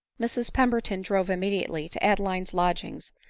mrs pemberton drove immediately to adeline's lodg ings,